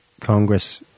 Congress